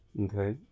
Okay